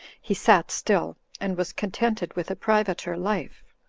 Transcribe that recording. he sat still, and was contented with a privater life.